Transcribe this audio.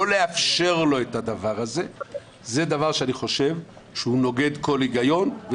לא לאפשר לו את הדבר הזה זה נוגד כל היגיון,